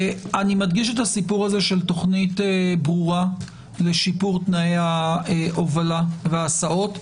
אני מדגיש את הנושא של תוכנית ברורה לשיפור תנאי ההובלה וההסעות.